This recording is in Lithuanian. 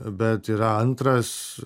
bet yra antras